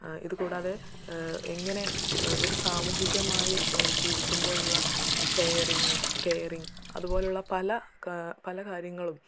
ഇത് കൂടാതെ എങ്ങനെ സാമൂഹികമായി ജീവിക്കുമ്പോഴുള്ള ഷെയറിങ്ങ് കെയറിങ്ങ് അതുപോലുള്ള പല പല കാര്യങ്ങളും